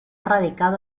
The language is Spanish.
radicado